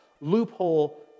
loophole